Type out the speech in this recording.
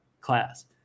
class